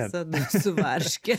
visada su varške